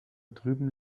drüben